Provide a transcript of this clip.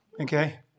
Okay